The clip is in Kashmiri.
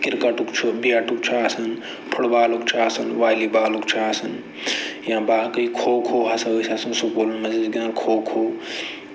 کرکَٹُک چھُ بٮ۪ٹُک چھُ آسان فُٹ بالُک چھُ آسان والی بالُک چھُ آسان یا باقٕے کھو کھو ہسا ٲسۍ آسان سکوٗلَن منٛز ٲسۍ گِندان کھو کھو